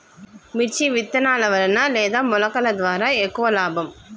మిర్చి విత్తనాల వలన లేదా మొలకల ద్వారా ఎక్కువ లాభం?